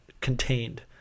contained